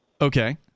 Okay